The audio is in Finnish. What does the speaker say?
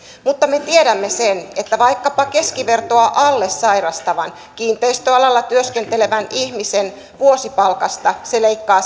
mutta me tiedämme sen että vaikkapa keskivertoa alle sairastavan kiinteistöalalla työskentelevän ihmisen vuosipalkasta tuo karenssipäivä leikkaa